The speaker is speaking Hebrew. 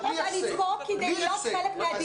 אדוני היושב ראש, אני פה כדי להיות חלק מהדיון.